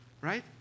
right